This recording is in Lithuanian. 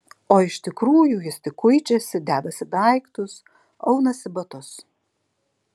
o iš tikrųjų jis tik kuičiasi dedasi daiktus aunasi batus